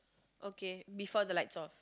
okay before the lights off